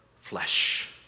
flesh